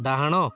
ଡାହାଣ